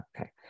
Okay